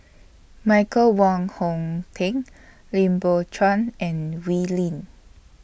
Michael Wong Hong Teng Lim Biow Chuan and Wee Lin